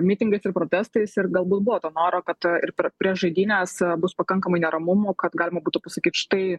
mitingais ir protestais ir galbūt buvo to noro kad ir per prieš žaidynes bus pakankamai neramumų kad galima būtų pasakyt štai